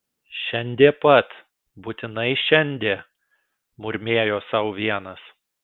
šiandie pat būtinai šiandie murmėjo sau vienas